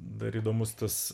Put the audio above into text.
dar įdomus tas